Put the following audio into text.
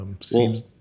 Seems